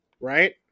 right